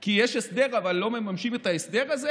כי יש הסדר אבל לא מממשים את ההסדר הזה,